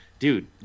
Dude